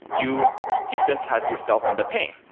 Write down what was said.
you desensitize yourself from the pain.